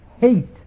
hate